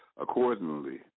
accordingly